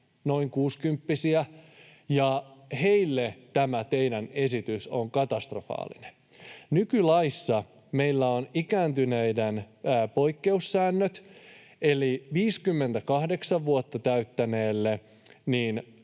ja heille tämä teidän esitys on katastrofaalinen. Nykylaissa meillä on ikääntyneiden poikkeussäännöt, eli 58 vuotta täyttäneelle